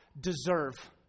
deserve